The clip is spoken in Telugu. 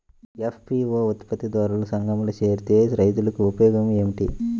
ఎఫ్.పీ.ఓ ఉత్పత్తి దారుల సంఘములో చేరితే రైతులకు ఉపయోగము ఏమిటి?